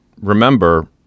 remember